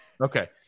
Okay